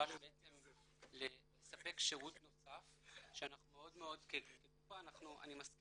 שנגררנו בעצם לספק שירות נוסף שאנחנו מאוד מאוד --- כקופה אני מסכים